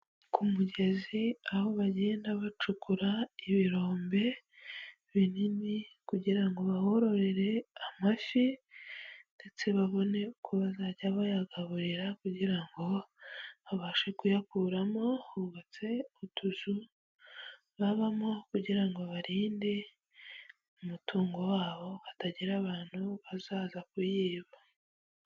Ku mugezi aho bagenda bacukura ibirombe binini kugira ngo bahororere amafi ndetse babone ko bazajya bayagaburira kugira ngo babashe kuyakuramo, hubatse utuzu babamo kugira ngo barinde umutungo wabo hatagira abantu bazaza kuyiba.